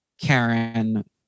Karen